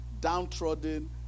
downtrodden